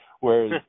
Whereas